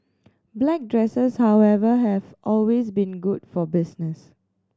black dresses however have always been good for business